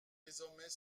désormais